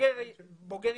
בוגר ישיבה,